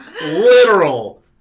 Literal